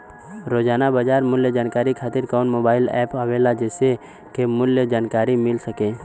रोजाना बाजार मूल्य जानकारी खातीर कवन मोबाइल ऐप आवेला जेसे के मूल्य क जानकारी मिल सके?